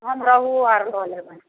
हम रेहू आओर लऽ लेबनि